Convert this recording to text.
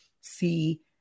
see